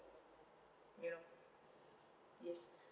you know yes